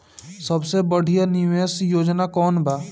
सबसे बढ़िया निवेश योजना कौन बा?